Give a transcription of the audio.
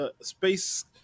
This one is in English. space